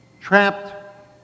trapped